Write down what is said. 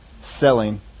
selling